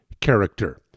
character